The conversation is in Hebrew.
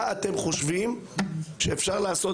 מה אתם חושבים שאפשר לעשות.